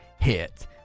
hit